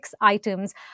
items